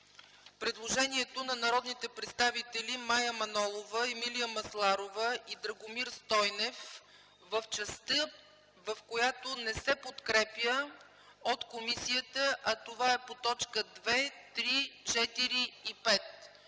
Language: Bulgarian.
предложението на народните представители Мая Манолова, Емилия Масларова и Драгомир Стойнев в частта, в която не се подкрепя от комисията, а това е по точки 2, 3, 4 и 5.